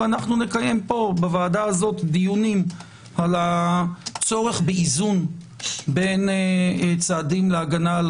ואנו נקיים פה בוועדה הזו דיונים על הצורך באיזון בין צעדים להגנה על